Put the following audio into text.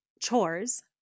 chores